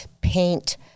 paint